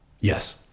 Yes